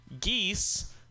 geese